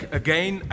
again